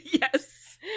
Yes